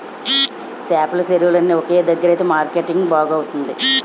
చేపల చెరువులన్నీ ఒక దగ్గరుంతె మార్కెటింగ్ బాగుంతాది